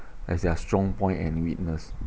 as their strong point and weakness